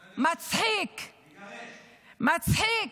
מצחיק, מצחיק,